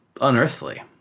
unearthly